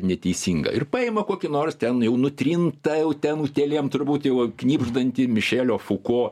neteisinga ir paima kokį nors ten jau nutrintą jau ten utėlėm turbūt jau va knibždantį mišelio fuko